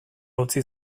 utzi